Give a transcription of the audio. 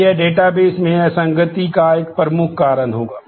अब यह डेटाबेस में असंगति का एक प्रमुख कारण होगा